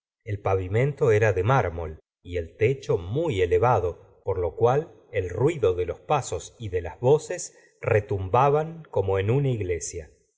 el pavimento era de mármol y el techo muy elevado por lo cual el ruido de los pasos y de las voces retumbaban como en nna iglesia en